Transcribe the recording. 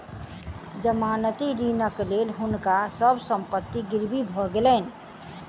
जमानती ऋणक लेल हुनका सभ संपत्ति गिरवी भ गेलैन